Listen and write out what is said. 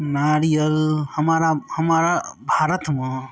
नारियल हमरा भारतमे